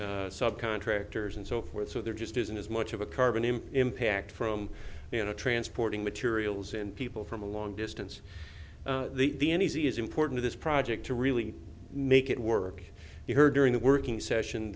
resources sub contractors and so forth so there just isn't as much of a carbon him impact from you know transporting materials and people from a long distance the easy is important this project to really make it work you heard during the working session